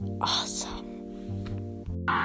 awesome